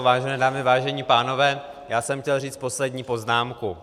Vážené dámy, vážení pánové, já jsem chtěl říct poslední poznámku.